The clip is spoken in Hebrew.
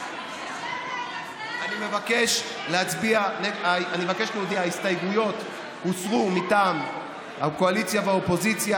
אני מבקש להודיע: ההסתייגויות הוסרו מטעם הקואליציה והאופוזיציה,